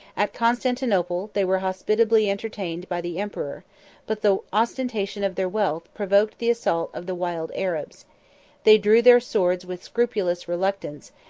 at constantinople, they were hospitably entertained by the emperor but the ostentation of their wealth provoked the assault of the wild arabs they drew their swords with scrupulous reluctance,